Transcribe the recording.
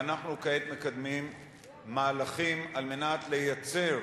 ואנחנו כעת מקדמים מהלכים כדי לייצר